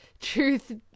truth